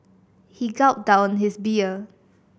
he gulped down his beer